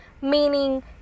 Meaning